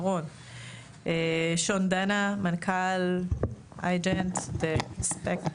שון דנה, מנכ"ל Ignite the spark.